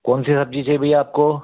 कौन सी सब्ज़ी चाहिए भैया आपको